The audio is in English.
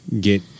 get